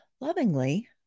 lovingly